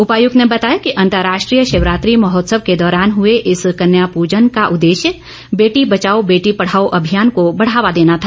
उपायुक्त ने बताया कि अंतर्राष्ट्रीय शिवरात्रि महोत्सव के दौरान हुए इस कन्या पूजन का उद्देश्य बेटी बचाओ बेटी पढाओ अभियान को बढावा देना था